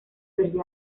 desde